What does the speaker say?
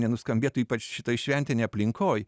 nenuskambėtų ypač šitoj šventinėj aplinkoj